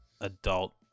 adult